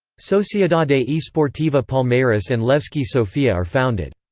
sociedade ah esportiva palmeiras and levski sofia are founded.